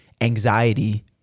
anxiety